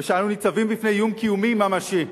ושאנו ניצבים בפני איום קיומי ממשי,